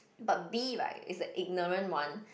but B right is the ignorant one